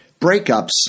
breakups